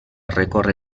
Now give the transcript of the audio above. recorre